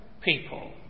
people